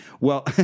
Well-